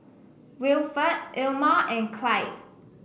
Wilford Ilma and Clide